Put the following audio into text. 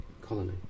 colony